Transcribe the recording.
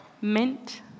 Mint